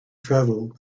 travel